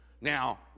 Now